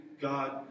God